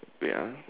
wait ah